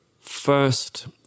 first